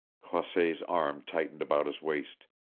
croisset's arm tightened about his waist.